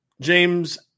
james